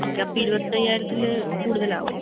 okay അപ്പോൾ ഇരുപത്തയ്യായിരത്തിൽ കൂടുതൽ ആവുമോ